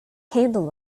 handle